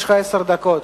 יש לך עשר דקות.